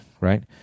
right